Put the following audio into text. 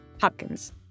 Hopkins